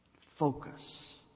Focus